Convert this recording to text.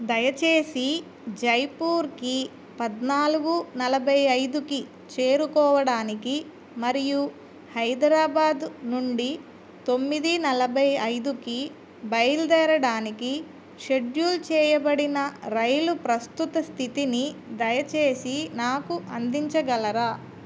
దయచేసి జైపూర్కి పద్నాలుగు నలభై ఐదుకి చేరుకోవడానికి మరియు హైదరాబాద్ నుండి తొమ్మిది నలభై ఐదుకి బయలుదేరడానికి షెడ్యూల్ చేయబడిన రైలు ప్రస్తుత స్థితిని దయచేసి నాకు అందించగలరా